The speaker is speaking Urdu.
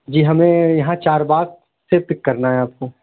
جی ہمیں یہاں چار باغ سے پک کرنا ہے آپ کو